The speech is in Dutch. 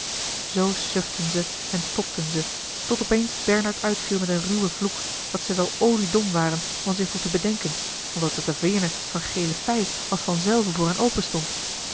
zoo suften ze en tobden ze tot op eens bernard uitviel met een ruwen vloek dat ze wel oliedom waren van zich nog te bedenken want dat de taveerne van gele fij als van zelve voor hen